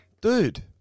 Dude